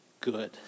good